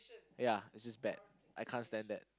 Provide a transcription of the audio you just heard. ya this is bad I can't stand that